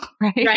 Right